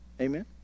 Amen